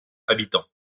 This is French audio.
habitants